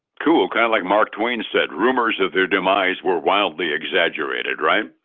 cool kind of like mark twain said rumors of their demise were wildly exaggerated, right?